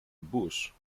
bush